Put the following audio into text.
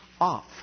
off